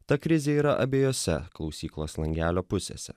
ta krizė yra abiejose klausyklos langelio pusėse